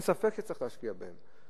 אין ספק שצריך להשקיע בהם,